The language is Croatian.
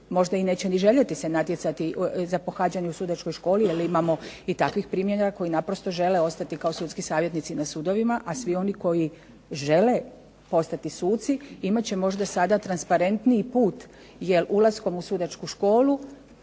možda i neće ni željeti se natjecati za pohađanje u sudačkoj školi jer imamo i takvih primjera koji naprosto žele ostati kao sudski savjetnici na sudovima a svi oni koji žele postati suci imat će možda sada transparentniji put. Jer ulaskom u sudačku školu